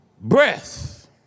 Breath